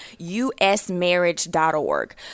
usmarriage.org